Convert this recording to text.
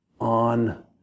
on